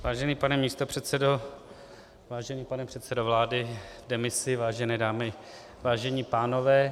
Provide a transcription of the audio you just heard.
Vážený pane místopředsedo, vážený pane předsedo vlády v demisi, vážené dámy, vážení pánové...